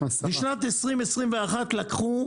בשנת 2021 לקחו